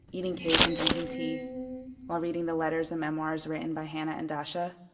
eating cake and drinking tea while reading the letters and memoirs written by hana and dasa.